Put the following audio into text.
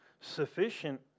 Sufficient